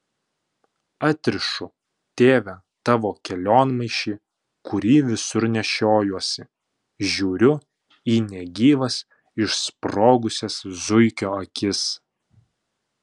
atrišu tėve tavo kelionmaišį kurį visur nešiojuosi žiūriu į negyvas išsprogusias zuikio akis